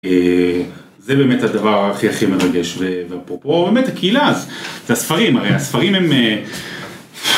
זה באמת הדבר הכי הכי מרגש. ואפרופו באמת הקהילה, זה הספרים, הרי הספרים הם...